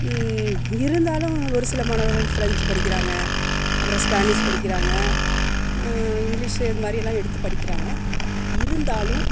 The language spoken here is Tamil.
இருந்தாலும் ஒரு சில மாணவர்கள் ஃபிரெஞ்சு படிக்கிறாங்க அப்புறம் ஸ்பேனிஸ் படிக்கிறாங்க இங்கிலிஷ்ஷு இது மாதிரியெல்லாம் எடுத்து படிக்கிறாங்க இருந்தாலும்